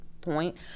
point